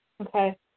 Okay